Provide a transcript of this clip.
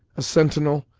a sentinel,